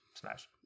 smash